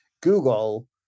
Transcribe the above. Google